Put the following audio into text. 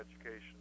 Education